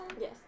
Yes